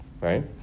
right